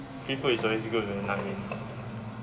free food is always good man